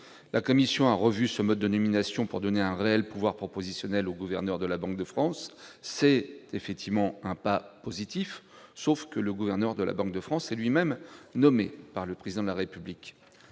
La commission a revu ce mode de nomination pour donner un réel pouvoir propositionnel au gouverneur de la Banque de France. C'est effectivement un pas positif, à ceci près que le gouverneur de la Banque de France est lui-même nommé par le Président de la République